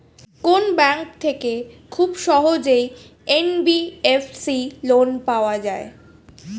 কোন ব্যাংক থেকে খুব সহজেই এন.বি.এফ.সি লোন পাওয়া যায়?